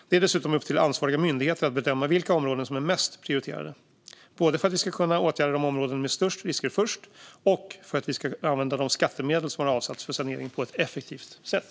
Det är dessutom upp till ansvariga myndigheter att bedöma vilka områden som är mest prioriterade, detta både för att vi ska åtgärda de områden med störst risker först och för att vi ska använda de skattemedel som har avsatts för sanering på ett effektivt sätt.